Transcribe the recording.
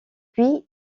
puis